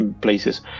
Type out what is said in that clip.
places